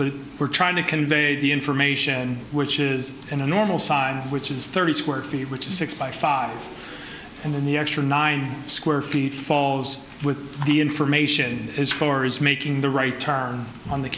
but we're trying to convey the information which is in a normal sign which is thirty square feet which is six by five and in the actual nine square feet falls with the information as far as making the right turn on the